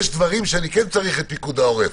יש דברים שאני כן צריך את פיקוד העורף.